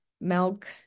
milk